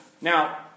Now